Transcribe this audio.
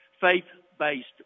faith-based